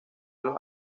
los